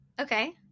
Okay